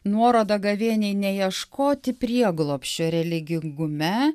nuoroda gavėniai neieškoti prieglobsčio religingume